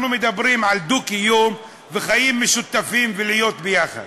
אנחנו מדברים על דו-קיום וחיים משותפים ולהיות ביחד.